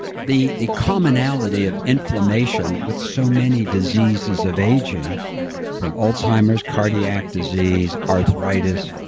the the commonality of inflammation with so many diseases of aging from alzheimer's cardiac disease, arthritis,